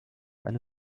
eine